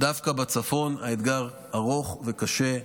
דווקא בצפון האתגר ארוך וקשה,